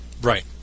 Right